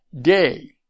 day